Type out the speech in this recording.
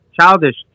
childish